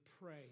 pray